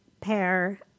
pair